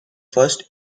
first